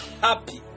happy